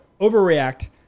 overreact